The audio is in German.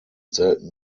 selten